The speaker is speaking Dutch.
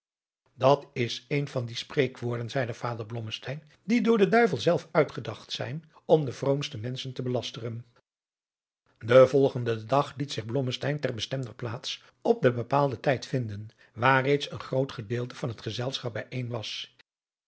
dat is een van die spreekwoorden zeide vader blommesteyn die door den duivel zelf uitgedacht zijn om de vroomste menschen te belasteren adriaan loosjes pzn het leven van johannes wouter blommesteyn den volgenden dag het zich blommesteyn ter bestemder plaats op den bepaalden tijd vinden waar reeds een groot gedeelte van het gezelschap bijeen was